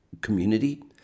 community